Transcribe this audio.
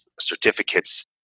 certificates